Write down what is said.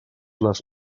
les